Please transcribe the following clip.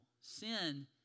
Sin